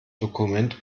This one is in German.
dokument